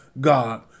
God